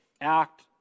act